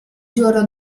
giorno